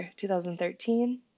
2013